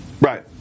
Right